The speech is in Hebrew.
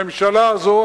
הממשלה הזאת,